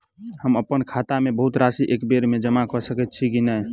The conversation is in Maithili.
हम अप्पन खाता मे बहुत राशि एकबेर मे जमा कऽ सकैत छी की नै?